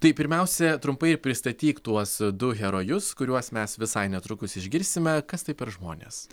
tai pirmiausia trumpai ir pristatyk tuos du herojus kuriuos mes visai netrukus išgirsime kas tai per žmonės